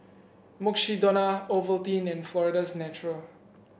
Mukshidonna Ovaltine and Florida's Natural